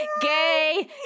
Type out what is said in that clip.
Gay